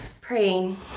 praying